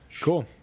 Cool